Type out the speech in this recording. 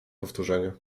powtórzenie